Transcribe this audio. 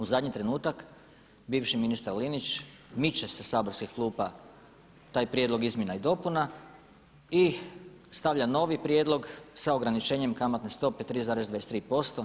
U zadnji trenutak bivši ministar Linić miče sa saborskih klupa taj prijedlog izmjena i dopuna i stavlja novi prijedlog sa ograničenjem kamatne stope 3,23%